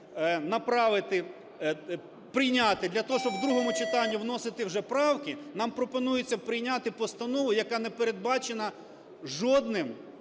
прийняти для того, щоб в другому читанні вносити вже правки, нам пропонується прийняти постанову, яка не передбачена жодною